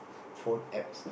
phone apps